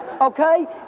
okay